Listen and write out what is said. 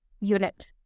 unit